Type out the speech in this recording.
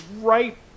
Right